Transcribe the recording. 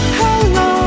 hello